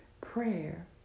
prayer